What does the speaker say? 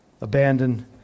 abandoned